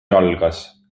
algas